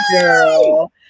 girl